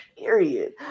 Period